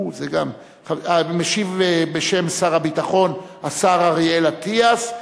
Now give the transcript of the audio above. משיב בשם שר הביטחון השר אריאל אטיאס,